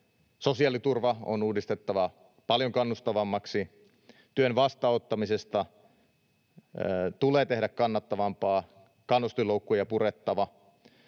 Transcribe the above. sosiaaliturva on uudistettava paljon kannustavammaksi, työn vastaanottamisesta tulee tehdä kannattavampaa, kannustinloukkuja on purettava,